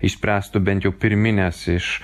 išspręstų bent jau pirmines iš